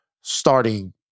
starting